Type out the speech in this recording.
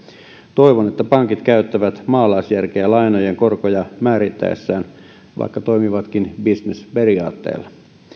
toivon että pankit käyttävät maalaisjärkeä lainojen korkoja määrittäessään vaikka toimivatkin bisnesperiaatteella